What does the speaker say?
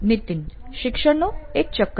નીતિન શિક્ષણનું એક ચક્ર